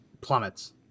plummets